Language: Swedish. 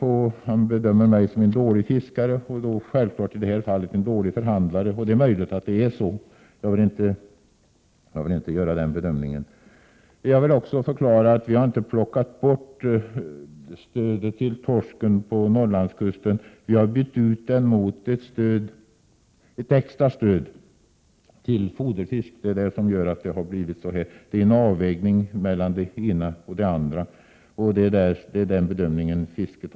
Han tycks uppfatta mig som en dålig fiskare och i det här fallet en dålig förhandlare. Det är möjligt att det är så — jag vill inte göra den bedömningen själv. Jag vill förklara att vi inte har plockat bort stödet till torskfiske utefter Norrlandskusten, utan vi har bytt ut det mot ett extra stöd till foderfisket. Det handlar om en avvägning mellan det ena och det andra och en bedömning som vi har gjort inom fisket.